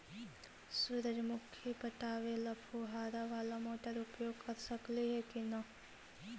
सुरजमुखी पटावे ल फुबारा बाला मोटर उपयोग कर सकली हे की न?